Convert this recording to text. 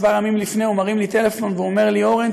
כמה ימים לפני הוא מרים לי טלפון ואומר לי: אורן,